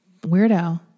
Weirdo